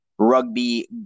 rugby